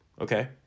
Okay